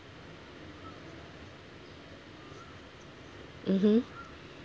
mmhmm